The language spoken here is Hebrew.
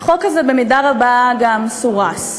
החוק הזה במידה רבה גם סורס.